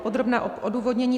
Podrobné odůvodnění.